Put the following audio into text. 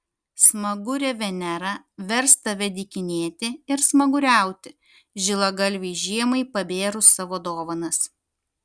smagurė venera vers tave dykinėti ir smaguriauti žilagalvei žiemai pabėrus savo dovanas